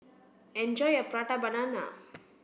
enjoy your prata banana